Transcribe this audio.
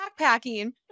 backpacking